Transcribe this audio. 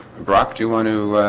brock do you want to